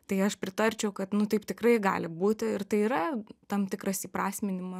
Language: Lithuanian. tai aš pritarčiau kad nu taip tikrai gali būti ir tai yra tam tikras įprasminimo